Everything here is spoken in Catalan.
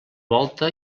volta